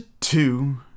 two